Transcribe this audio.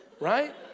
right